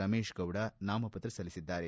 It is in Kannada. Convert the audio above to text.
ರಮೇಶ್ ಗೌಡ ನಾಮಪತ್ರ ಸಲ್ಲಿಸಿದ್ದಾರೆ